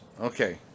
Okay